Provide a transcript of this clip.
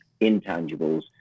intangibles